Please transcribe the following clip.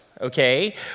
okay